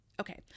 Okay